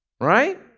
Right